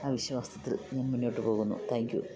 ആ വിശ്വാസത്തിൽ ഞാൻ മുന്നോട്ട് പോകുന്നു താങ്ക്യൂ